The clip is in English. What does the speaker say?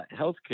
healthcare